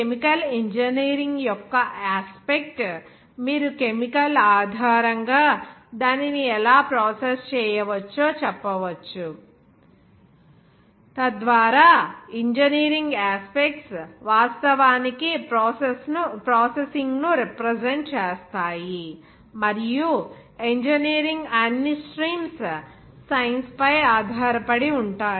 chemical engineering యొక్క aspect మీరు chemical ఆధారంగా దానిని ఎలా ప్రాసెస్ చేయవచ్చో చెప్పవచ్చు తద్వారా ఇంజనీరింగ్ యాస్పెక్ట్స్ వాస్తవానికి ప్రాసెసింగ్ను రిప్రజెంట్ చేస్తాయి మరియు ఇంజనీరింగ్ అన్ని స్ట్రీమ్స్ సైన్స్ పై ఆధారపడి ఉంటాయి